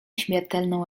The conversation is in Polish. śmiertelną